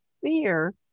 fear